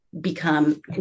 become